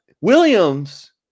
Williams